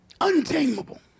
untamable